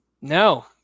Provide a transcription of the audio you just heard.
No